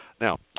Now